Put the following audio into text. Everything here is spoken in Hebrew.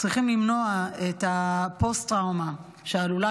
וצריכים למנוע את הפוסט-טראומה שעלולה